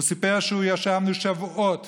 הוא סיפר שישבו שבועות